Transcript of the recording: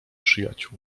przyjaciół